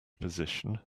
position